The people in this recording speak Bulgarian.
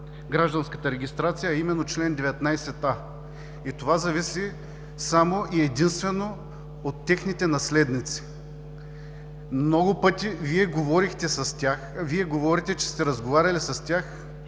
гражданската регистрация, а именно чл. 19а. Това зависи само и единствено от техните наследници. Много пъти Вие говорите, че сте разговаряли с тях